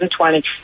2020